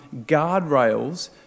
guardrails